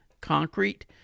concrete